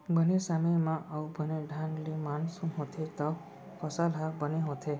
बने समे म अउ बने ढंग ले मानसून होथे तव फसल ह बने होथे